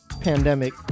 pandemic